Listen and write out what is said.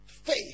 Faith